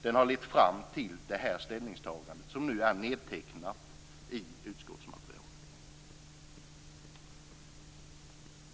Den har lett fram till det här ställningstagandet, som nu är nedtecknat i utskottsmaterialet.